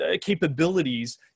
capabilities